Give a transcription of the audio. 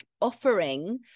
offering